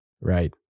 right